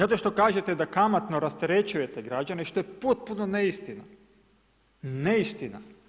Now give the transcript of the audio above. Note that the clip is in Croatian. Zato što kažete da kamatno rasterećujete građane, što je potpuna neistina, neistina.